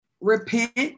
repent